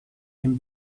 can